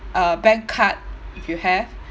uh bank card you have